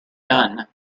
done